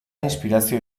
inspirazio